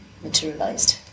materialized